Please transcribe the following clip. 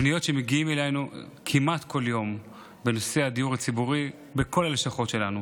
הפניות שמגיעות אלינו כמעט כל יום בנושא הדיור הציבורי בכל הלשכות שלנו,